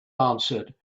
answered